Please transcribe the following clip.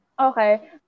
Okay